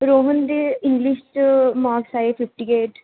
Roman ਦੇ English 'ਚ marks ਆਏ ਫਿਫਟੀ ਏਟ